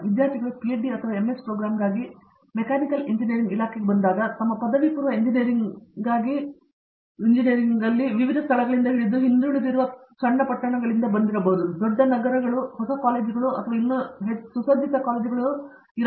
ಆದ್ದರಿಂದ ವಿದ್ಯಾರ್ಥಿಗಳು ಪಿಎಚ್ಡಿ ಅಥವಾ ಎಮ್ಎಸ್ ಪ್ರೋಗ್ರಾಂಗಾಗಿ ಮೆಕ್ಯಾನಿಕಲ್ ಇಂಜಿನಿಯರಿಂಗ್ ಇಲಾಖೆಗೆ ಬಂದಾಗ ಅವರು ತಮ್ಮ ಪದವಿಪೂರ್ವ ಎಂಜಿನಿಯರಿಂಗ್ಗಾಗಿ ವಿವಿಧ ಸ್ಥಳಗಳಿಂದ ಹಿಡಿದು ಹಿಂದುಳಿದಿರುವ ಸಣ್ಣ ಪಟ್ಟಣಗಳಾಗಿರಬಹುದು ದೊಡ್ಡ ನಗರಗಳು ಕೆಲವು ಹೊಸ ಕಾಲೇಜುಗಳು ಮತ್ತು ಇನ್ನೂ ಚೆನ್ನಾಗಿ ಸುಸಜ್ಜಿತ ಕಾಲೇಜುಗಳು ಎಂದು ಅರ್ಥ